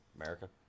America